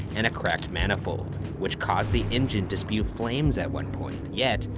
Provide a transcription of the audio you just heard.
and a cracked manifold, which caused the engine to spew flames at one point. yet,